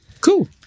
cool